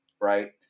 right